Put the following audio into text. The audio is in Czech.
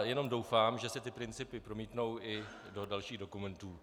Jenom doufám, že se ty principy promítnou i do dalších dokumentů.